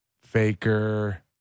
Faker